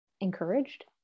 encouraged